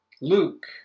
Luke